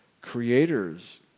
creators